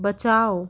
बचाओ